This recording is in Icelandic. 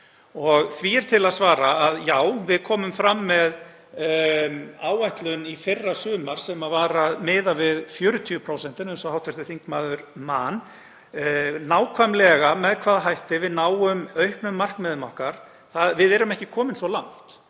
Því er til að svara að við komum fram með áætlun í fyrrasumar þar sem miðað var við 40%, eins og hv. þingmaður man. Nákvæmlega með hvaða hætti við náum auknum markmiðum okkar þá erum við ekki komin svo langt